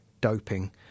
doping